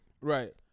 Right